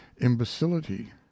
imbecility